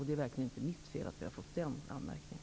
Det är verkligen inte mitt fel att vi har fått den anmärkningen.